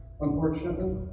unfortunately